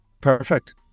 perfect